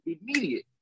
immediate